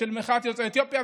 מחאת יוצאי אתיופיה,